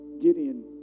Gideon